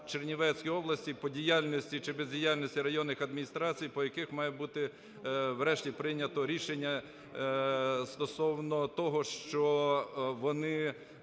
Чернівецької області, по діяльності чи бездіяльності районних адміністрацій, по яких має бути врешті прийнято рішення стосовно того, що вони,